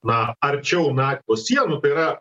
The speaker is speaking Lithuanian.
na arčiau nato sienų tai yra